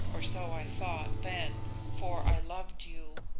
or so i thought then, for i loved you.